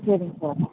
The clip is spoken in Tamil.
சரிங்க சார்